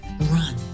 run